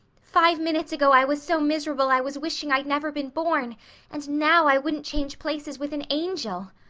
five minutes ago i was so miserable i was wishing i'd never been born and now i wouldn't change places with an angel!